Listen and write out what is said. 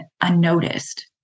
unnoticed